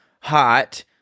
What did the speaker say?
hot